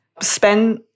spend